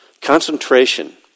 Concentration